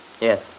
Yes